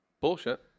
Bullshit